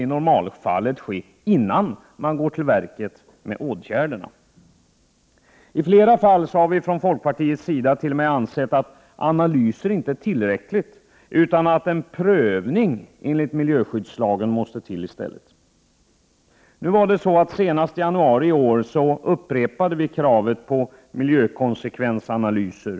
I normalfallet skall detta naturligtvis ske innan åtgärder vidtas. I flera fall har vi i folkpartiet t.o.m. ansett att det inte är tillräckligt med analyser. I stället måste en prövning enligt miljöskyddslagen till. Senast i januari i år upprepade vi vårt krav på miljökonsekvensanalyser.